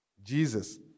Jesus